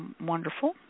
wonderful